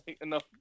enough